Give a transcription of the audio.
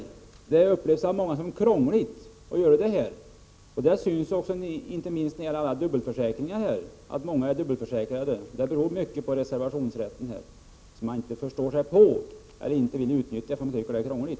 Många upplever det som krångligt att göra det. Det syns inte minst på alla dubbelförsäkringar. Att många är dubbelförsäkrade beror mycket på att man inte förstår sig på reservationsrätten eller inte vill utnyttja den därför att man tycker att det är krångligt.